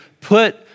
put